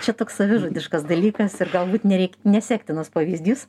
čia toks savižudiškas dalykas ir galbūt nereik nesektinas pavyzdys